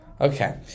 Okay